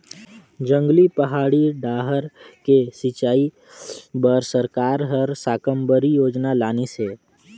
जंगली, पहाड़ी डाहर के सिंचई बर सरकार हर साकम्बरी योजना लानिस हे